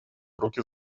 руки